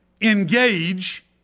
engage